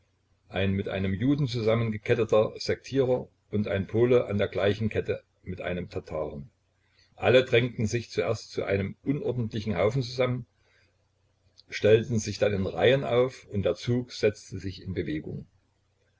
ein mit einem juden zusammengeketteter sektierer und ein pole an der gleichen kette mit einem tataren alle drängten sich zuerst zu einem unordentlichen haufen zusammen stellten sich dann in reihen auf und der zug setzte sich in bewegung